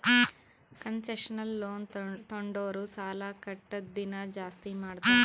concessional loan ತೊಂಡುರ್ ಸಾಲಾ ಕಟ್ಟದ್ ದಿನಾ ಜಾಸ್ತಿ ಮಾಡ್ತಾರ್